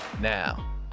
now